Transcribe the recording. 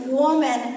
woman